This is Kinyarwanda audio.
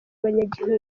abanyagihugu